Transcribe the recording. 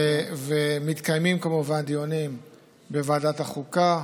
ומתקיימים כמובן דיונים בוועדת החוקה,